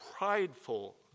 prideful